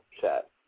chat